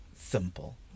simple